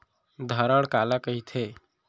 धरण काला कहिथे?